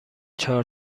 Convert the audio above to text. چهار